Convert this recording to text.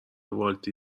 والت